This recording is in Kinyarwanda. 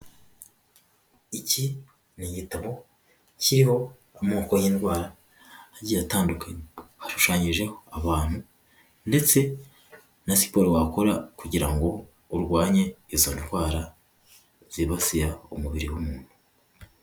Iki ni igitabo kiriho amoko y'indwara agiye atandukanye, hashushanyijeho abantu ndetse na siporo wakora kugira ngo urwanye izo ndwara zibasira umubiri w'umuntu.